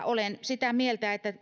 olen iloinen siitä että